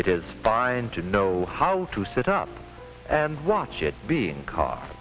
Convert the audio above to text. it is fine to know how to set up and watch it being caught